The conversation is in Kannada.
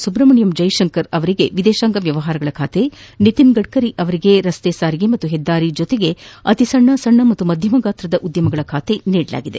ಸುಬ್ರಹ್ಮಣ್ಯಂ ಜೈಶಂಕರ್ ಅವರಿಗೆ ವಿದೇಶಾಂಗ ವ್ಯವಹಾರಗಳ ಖಾತೆ ನಿತಿನ್ ಗಡ್ಕರಿ ಅವರಿಗೆ ರಸ್ತೆ ಸಾರಿಗೆ ಮತ್ತು ಹೆದ್ದಾರಿ ಜೊತೆಗೆ ಅತಿಸಣ್ಣ ಸಣ್ಣ ಮತ್ತು ಮಧ್ಯಮ ಗಾತ್ರದ ಉದ್ಯಮಗಳ ಖಾತೆ ನೀಡಲಾಗಿದೆ